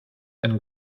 and